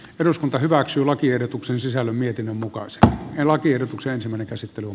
eduskunta hyväksyi lakiehdotuksen sisällön mietinnön mukaan sitä ei lakiehdotuksen se menee käsittelyyn